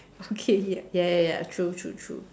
okay ya ya ya ya true true true